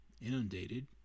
inundated